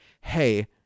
Hey